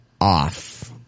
off